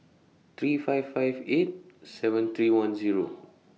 three five five eight seven three one Zero